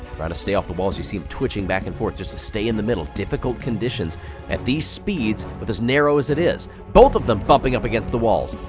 trying to stay off the walls, you see them twitching back and forth just to stay in the middle. difficult conditions at these speeds, but as narrow as it is, both of them bumping up against the walls.